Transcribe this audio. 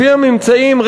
לפי הממצאים,